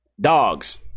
dogs